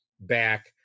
back